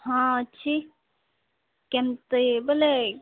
ହଁ ଅଛି କେମତି ବୋଲେ